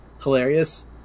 hilarious